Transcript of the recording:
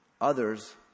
others